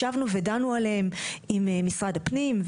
ישבנו ודנו עליהם עם משרד הפנים,